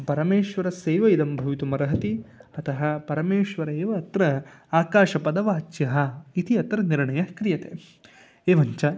परमेश्वरस्यैव इदं भवितुमर्हति अतः परमेश्वरः एव अत्र आकाशपदवाच्यः इति अत्र निर्णयः क्रियते एवञ्च